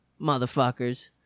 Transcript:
motherfuckers